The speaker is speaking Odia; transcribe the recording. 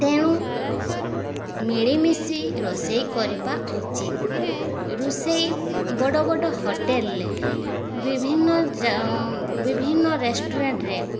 ତେଣୁ ମିଳିମିଶି ରୋଷେଇ କରିବା ଉଚିତ୍ ରୋଷେଇ ବଡ଼ ବଡ଼ ହୋଟେଲରେ ବିଭିନ୍ନ ବିଭିନ୍ନ ରେଷ୍ଟୁରାଣ୍ଟରେ